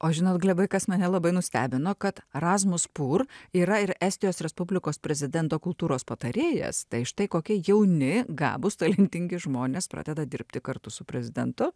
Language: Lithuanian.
o žinot glebai kas mane labai nustebino kad razmus pur yra ir estijos respublikos prezidento kultūros patarėjas tai štai kokie jauni gabūs talentingi žmonės pradeda dirbti kartu su prezidentu